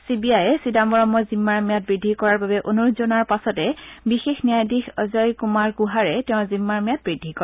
C B I চিদাম্বৰমৰ জিন্মাৰ ম্যাদ বৃদ্ধি কৰাৰ বাবে অনুৰোধ জনোৱাৰ পাছতে বিশেষ ন্যায়াধিশ অজয় কুমাৰ কুহাৰে তেওঁৰ জিম্মাৰ ম্যাদ বৃদ্ধি কৰে